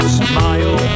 smile